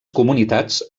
comunitats